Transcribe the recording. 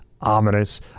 ominous